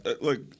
look